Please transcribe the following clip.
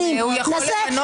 אז בוא נהיה הוגנים,